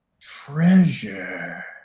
treasure